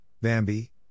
Bambi